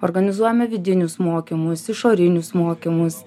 organizuojame vidinius mokymus išorinius mokymus